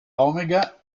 omega